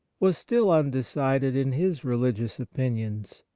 was still undecided in his religious opinions,